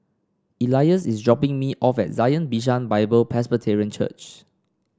Elias is dropping me off at Zion Bishan Bible Presbyterian Church